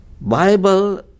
Bible